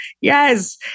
yes